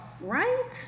right